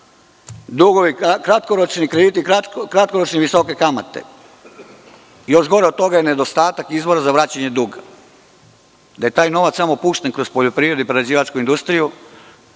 dugovi kratkoročni, krediti kratkoročni, visoke kamate. Još gore od toga je nedostatak izvoza za vraćanje duga, da je taj novac samo pušten kroz poljoprivredu i prerađivačku industriju,